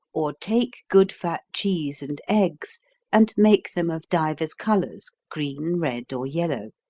or take good fat cheese and eggs and make them of divers colours, green, red or yellow,